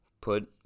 put